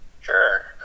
Sure